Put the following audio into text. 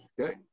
Okay